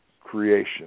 creation